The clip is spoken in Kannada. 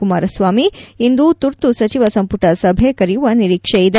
ಕುಮಾರಸ್ವಾಮಿ ಇಂದು ತುರ್ತು ಸಚಿವ ಸಂಪುಟ ಸಭೆ ಕರೆಯುವ ನಿರೀಕ್ಷೆ ಇದೆ